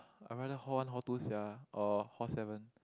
I rather hall one hall two sia or hall seven